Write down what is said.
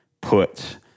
put